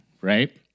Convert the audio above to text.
right